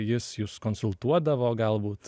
jis jus konsultuodavo galbūt